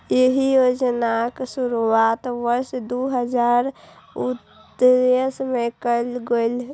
एहि योजनाक शुरुआत वर्ष दू हजार उन्नैस मे कैल गेल रहै